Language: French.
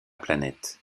planète